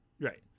Right